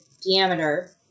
diameter